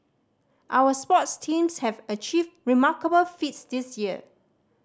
our sports teams have achieved remarkable feats this year